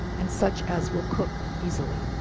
and such as will cook easily.